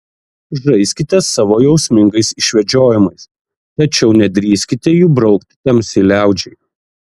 žaiskite savo jausmingais išvedžiojimais tačiau nedrįskite jų brukti tamsiai liaudžiai